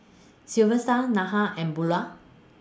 Silvester Neha and Beula